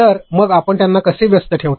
तर मग आपण त्यांना कसे व्यस्त ठेवता